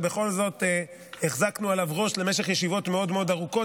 ובכל זאת החזקנו עליו ראש למשך ישיבות מאוד מאוד ארוכות,